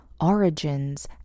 origins